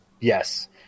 Yes